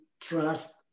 trust